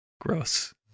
Gross